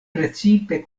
precipe